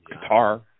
guitar